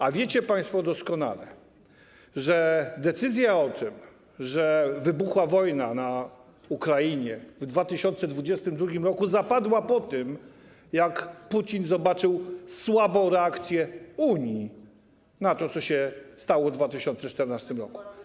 A wiecie państwo doskonale, że decyzja o tym, że wybuchła wojna na Ukrainie w 2022 r., zapadła po tym, jak Putin zobaczył słabą reakcję Unii na to, co się stało w 2014 r.